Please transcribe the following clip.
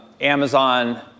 Amazon